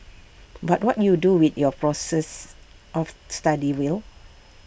but what you do with your process of study will